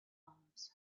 arms